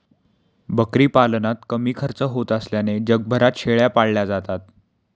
बकरी पालनात कमी खर्च होत असल्याने जगभरात शेळ्या पाळल्या जातात